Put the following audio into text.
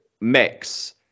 mix